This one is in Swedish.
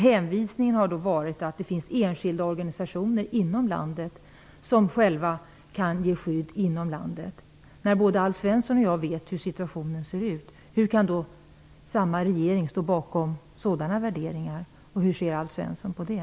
Hänvisningen har varit att det finns enskilda organisationer som kan ge skydd inom landet. Både Alf Svensson och jag vet hur situationen ser ut. Hur kan då regeringen stå bakom sådana värderingar? Hur ser Alf Svensson på det?